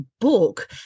book